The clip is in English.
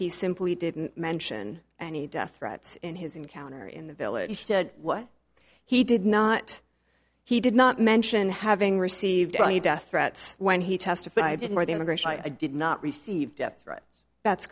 he simply didn't mention any death threats in his encounter in the village he said what he did not he did not mention having received any death threats when he testified in or the immigration i did not receive death threats that's